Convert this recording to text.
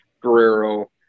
Guerrero